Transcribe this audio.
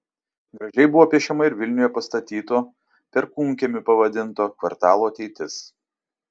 gražiai buvo piešiama ir vilniuje pastatyto perkūnkiemiu pavadinto kvartalo ateitis